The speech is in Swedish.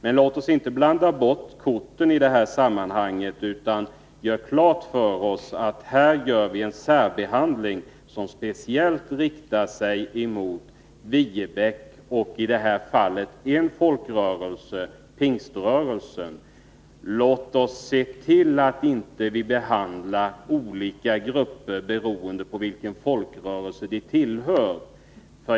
Men låt oss inte blanda bort korten i det här sammanhanget utan göra klart för oss att här gör vi en särbehandling, som speciellt riktar sig emot Viebäck och alltså mot en viss folkrörelse, Pingströrelsen. Vi måste se till, att vi inte behandlar grupper olika, beroende på vilken folkrörelse de tillhör.